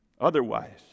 Otherwise